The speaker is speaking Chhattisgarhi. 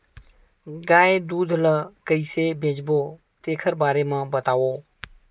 गाय दूध ल कइसे बेचबो तेखर बारे में बताओ?